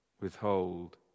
withhold